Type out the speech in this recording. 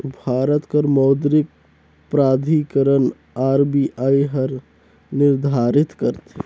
भारत कर मौद्रिक प्राधिकरन आर.बी.आई हर निरधारित करथे